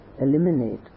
eliminate